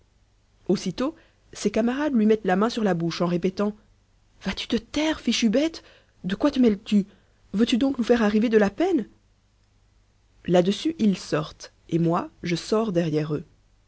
aussitôt ses camarades lui mettent la main sur la bouche en répétant vas-tu te taire fichue bête de quoi te mêles-tu veux-tu donc nous faire arriver de la peine là-dessus ils sortent et moi je sors derrière eux